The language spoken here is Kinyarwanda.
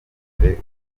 imbere